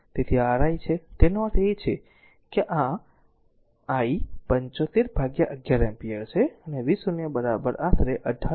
તેથી આ r i છે તેનો અર્થ એ છે કે આ r છે આ r i 75 બાય 11 એમ્પીયર છે અને v0 આશરે 18